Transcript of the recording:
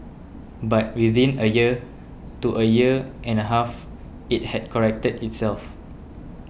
but within a year to a year and a half it had corrected itself